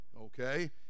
okay